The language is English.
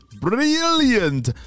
Brilliant